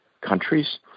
countries